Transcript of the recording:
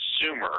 consumer